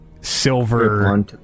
silver